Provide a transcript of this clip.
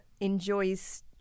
enjoys